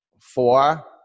four